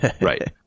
Right